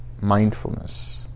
mindfulness